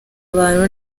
abantu